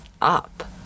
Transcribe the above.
up